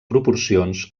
proporcions